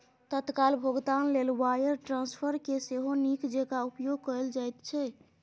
तत्काल भोगतान लेल वायर ट्रांस्फरकेँ सेहो नीक जेंका उपयोग कैल जाइत छै